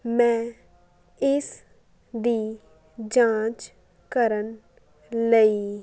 ਮੈਂ ਇਸ ਦੀ ਜਾਂਚ ਕਰਨ ਲਈ